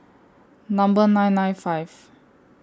Number nine nine five